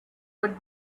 would